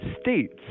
states